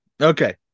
Okay